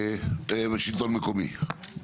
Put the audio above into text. השלטון המקומי.